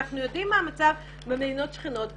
אנחנו יודעים מה המצב במדינות שכנות.